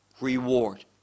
reward